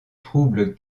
troubles